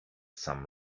some